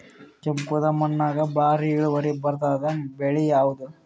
ಕೆಂಪುದ ಮಣ್ಣಾಗ ಭಾರಿ ಇಳುವರಿ ಬರಾದ ಬೆಳಿ ಯಾವುದು?